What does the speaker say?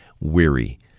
weary